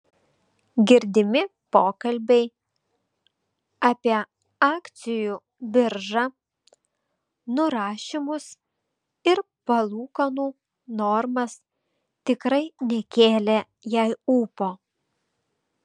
girdimi pokalbiai apie akcijų biržą nurašymus ir palūkanų normas tikrai nekėlė jai ūpo